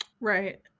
Right